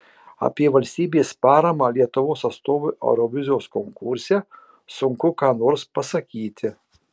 apie valstybės paramą lietuvos atstovui eurovizijos konkurse sunku ką nors pasakyti